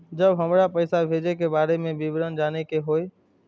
जब हमरा पैसा भेजय के बारे में विवरण जानय के होय?